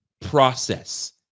process